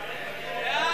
רבותי,